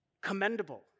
commendable